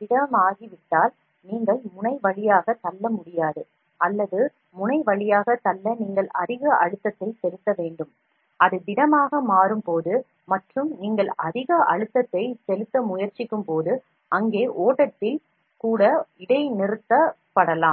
திடமாகிவிட்டால் நீங்கள் முனை வழியாக தள்ள முடியாது அல்லது அது திடமாகிவிட்டால் முனை வழியாக தள்ள நீங்கள் அதிக அழுத்தத்தை செலுத்த வேண்டும் அது திடமாக மாறும் போது மற்றும் நீங்கள் அதிக அழுத்தத்தை செலுத்த முயற்சிக்கும்போது அங்கே ஓட்டம் கூட இடைநிறுத்தப்படலாம்